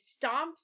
stomps